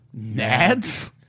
NADS